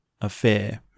affair